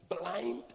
blind